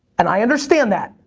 and i understand that.